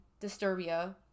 Disturbia